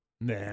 Nah